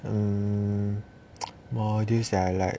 hmm modules that I like